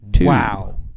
Wow